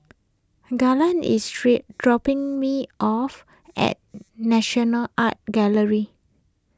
Garland is dropping me off at National Art Gallery